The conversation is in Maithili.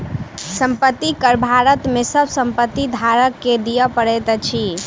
संपत्ति कर भारत में सभ संपत्ति धारक के दिअ पड़ैत अछि